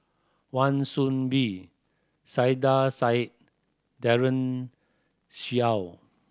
Wan Soon Bee Saiedah Said Daren Shiau